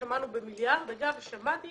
מזמינים במיליארד שקלים וגם שמעתי